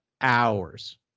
hours